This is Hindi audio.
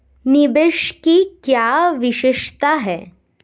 निवेश की क्या विशेषता है?